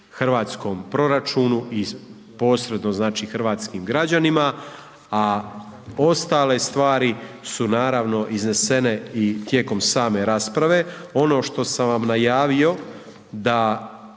hrvatskom proračunu i posredno, znači, hrvatskim građanima, a ostale stvari su, naravno, iznesene i tijekom same rasprave. Ono što sam vam najavio da